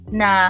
na